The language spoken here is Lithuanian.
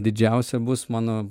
didžiausia bus mano